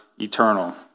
eternal